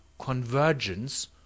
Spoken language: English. convergence